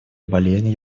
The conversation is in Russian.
болезнь